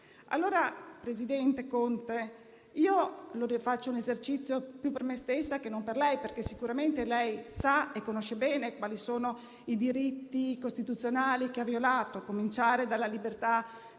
Allora, presidente Conte, io faccio un esercizio più per me stessa che non per lei, perché sicuramente lei sa e conosce bene quali sono i diritti costituzionali che ha violato, a cominciare dalla libertà